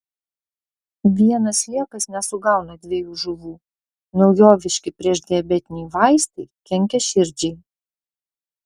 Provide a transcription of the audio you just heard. vienas sliekas nesugauna dviejų žuvų naujoviški priešdiabetiniai vaistai kenkia širdžiai